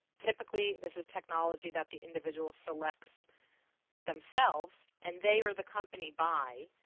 typically, this is technology that the individual selects themselves and they or the company buy,